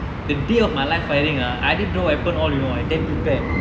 the day of my live firing ah I did draw weapon all you know I damn prepared